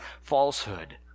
falsehood